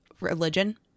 religion